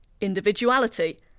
Individuality